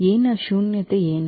A ಯ ಶೂನ್ಯತೆ ಏನು